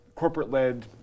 corporate-led